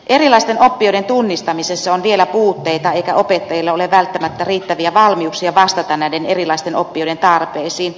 erilaisten oppijoiden tunnistamisessa on vielä puutteita eikä opettajilla ole välttämättä riittäviä valmiuksia vastata näiden erilaisten oppijoiden tarpeisiin